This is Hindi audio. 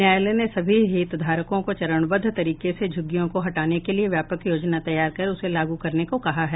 न्यायालय ने सभी हितधारकों को चरणबद्ध तरीके से झुग्गियों को हटाने के लिए व्यापक योजना तैयार कर उसे लागू करने को कहा है